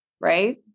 right